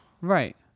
Right